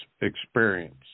experience